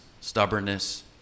stubbornness